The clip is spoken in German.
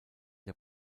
der